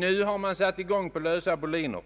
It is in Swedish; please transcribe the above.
Nu har man satt i gång på lösa boliner.